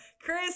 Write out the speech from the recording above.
Chris